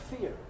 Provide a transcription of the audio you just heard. fear